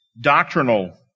doctrinal